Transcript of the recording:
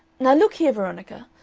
now look here, veronica,